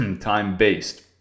time-based